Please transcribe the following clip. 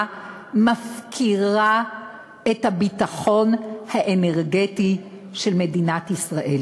מפקירה את הביטחון האנרגטי של מדינת ישראל.